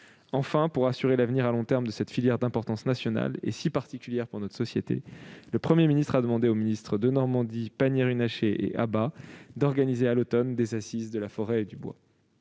Enfin, pour assurer l'avenir à long terme de cette filière d'importance nationale et si particulière pour notre société, le Premier ministre a demandé aux ministres Julien Denormandie, Agnès Pannier-Runacher et Bérangère Abba d'organiser à l'automne des assises de la forêt et du bois.